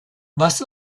was